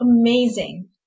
Amazing